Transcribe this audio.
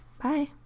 Bye